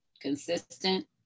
consistent